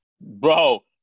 bro